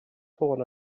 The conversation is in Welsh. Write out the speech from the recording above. ffôn